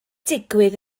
digwydd